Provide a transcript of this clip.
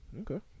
Okay